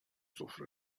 سفره